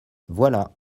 voilà